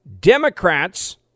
Democrats